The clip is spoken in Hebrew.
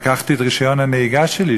לקחתי את רישיון הנהיגה שלי,